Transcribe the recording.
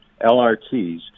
LRTs